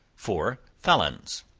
for felons.